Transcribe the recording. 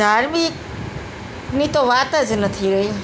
ધાર્મિકની તો વાત જ નથી રહી